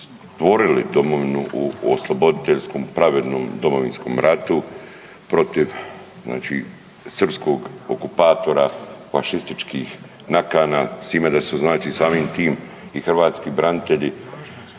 stvorili domovinu u osloboditeljskom pravednom Domovinskom ratu protiv znači srpskog okupatora, fašističkih nakana s time da su znači samim tim i hrvatski branitelji